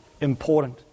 important